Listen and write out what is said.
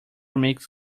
makes